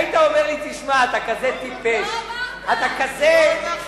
היית אומר לי: תשמע, אתה כזה טיפש, לא אמרת.